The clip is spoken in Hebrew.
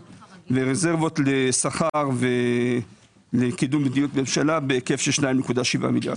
ורזרבות לשכר ולקידום מדיניות ממשלה בהיקף של 2.7 מיליארד.